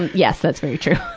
yes, that's very true.